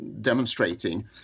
demonstrating